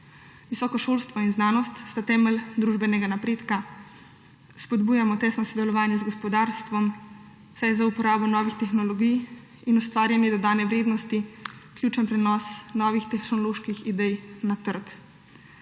Visoko šolstvo in znanost sta temelj družbenega napredka, spodbujamo tesna sodelovanja z gospodarstvom, saj je za uporabo novih tehnologij in ustvarjanje dodane vrednosti ključen prenos novih tehnoloških idej na trg.